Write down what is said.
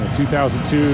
2002